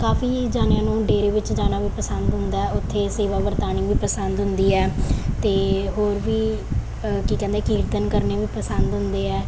ਕਾਫੀ ਜਾਣਿਆਂ ਨੂੰ ਡੇਰੇ ਵਿੱਚ ਜਾਣਾ ਵੀ ਪਸੰਦ ਹੁੰਦਾ ਉੱਥੇ ਸੇਵਾ ਵਰਤਾਉਣੀ ਵੀ ਪਸੰਦ ਹੁੰਦੀ ਹੈ ਅਤੇ ਹੋਰ ਵੀ ਕੀ ਕਹਿੰਦੇ ਕੀਰਤਨ ਕਰਨੇ ਵੀ ਪਸੰਦ ਹੁੰਦੇ ਹੈ